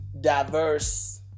diverse